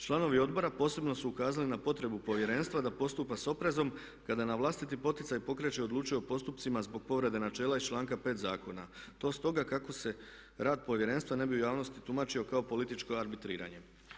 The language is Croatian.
Članovi odbora posebno su ukazali na potrebu Povjerenstva da postupa sa oprezom kada na vlastiti poticaj pokreće i odlučuje o postupcima zbog povrede načela iz članka 5. Zakona, to stoga kako se rad Povjerenstva ne bi u javnosti tumačio kao političko arbitriranje.